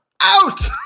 out